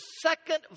second